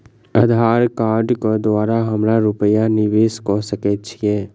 आधार कार्ड केँ द्वारा हम रूपया निवेश कऽ सकैत छीयै?